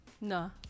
No